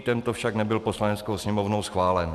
Tento však nebyl Poslaneckou sněmovnou schválen.